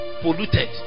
polluted